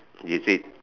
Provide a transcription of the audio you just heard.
is it